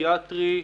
פסיכיאטרי.